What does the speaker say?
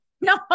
No